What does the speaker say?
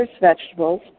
vegetables